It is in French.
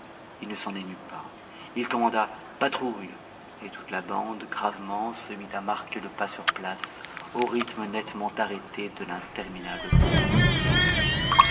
il ne s'en émut pas il commanda patrouille et toute la bande gravement se mit à marquer le pas sur place au rythme nettement arrêté de l'interminable pomponnette